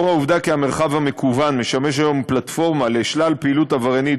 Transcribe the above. בשל העובדה שהמרחב המקוון משמש היום פלטפורמה לשלל פעילות עבריינית,